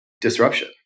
disruption